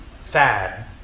sad